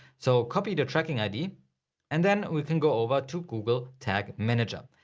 so copy the tracking id and then we can go over to google tag manager.